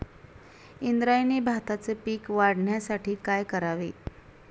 इंद्रायणी भाताचे पीक वाढण्यासाठी काय करावे?